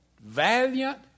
valiant